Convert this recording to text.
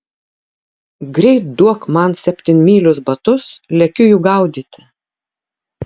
greit duok man septynmylius batus lekiu jų gaudyti